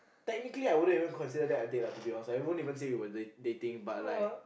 technically I wouldn't even consider that a date lah to be honest I wouldn't even say we were date dating but like